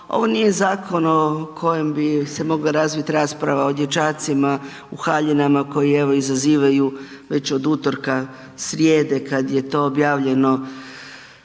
ovo nije zakon o kojem bi se mogla razvit rasprava o dječacima u haljinama koje evo izazivaju već od utorka, srijede kad je to objavljeno